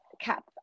cap